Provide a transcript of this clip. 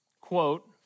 quote